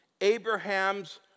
Abraham's